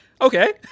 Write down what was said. okay